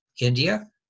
India